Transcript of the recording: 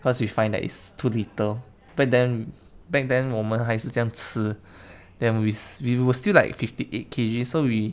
cause we find that it's too little back then back then 我们还是这样吃 then wes~ we were still like fifty eight K_G so we